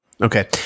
Okay